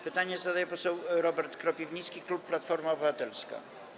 Pytanie zadaje poseł Robert Kropiwnicki, klub Platforma Obywatelska.